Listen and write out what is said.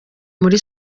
muri